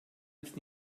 ist